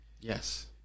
Yes